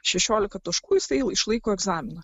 šešiolika taškų jisai išlaiko egzaminą